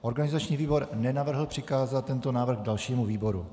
Organizační výbor nenavrhl přikázat tento návrh dalšímu výboru.